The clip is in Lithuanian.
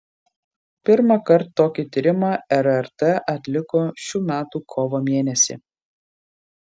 pirmąkart tokį tyrimą rrt atliko šių metų kovo mėnesį